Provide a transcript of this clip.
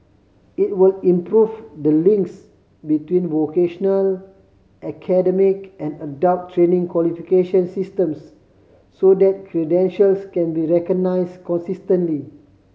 it will improve the links between vocational academic and adult training qualification systems so that credentials can be recognise consistently